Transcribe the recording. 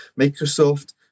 Microsoft